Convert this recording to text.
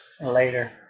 Later